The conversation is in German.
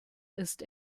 ist